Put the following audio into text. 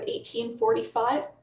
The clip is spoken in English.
1845